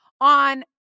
on